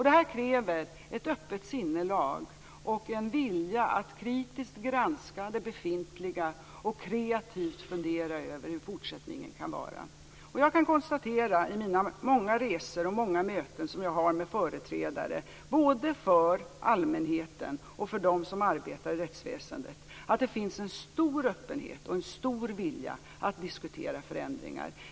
Det här kräver ett öppet sinnelag och en vilja att kritiskt granska det befintliga och att man kreativt funderar över hur fortsättningen kan vara. Jag kan konstatera, genom många resor och många möten som jag har med företrädare för allmänheten och för dem som arbetar i rättsväsendet, att det finns en stor öppenhet och en stor vilja att diskutera förändringar.